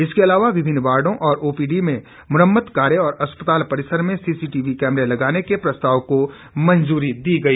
इसके अलावा विभिन्न वार्डो और ओपीडी के मरम्मत कार्य और अस्पताल परिसर में सीसीटीवी कैमरे लगाने के प्रस्ताव को भी मंजूरी दी गई